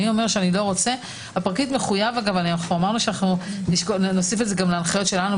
אני אומר שאני לא רוצה אמרנו שנוסיף את זה להנחיות שלנו,